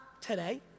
today